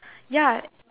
ya